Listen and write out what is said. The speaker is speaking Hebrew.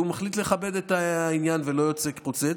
כי הוא מחליט לכבד את העניין ולא יוצא חוצץ,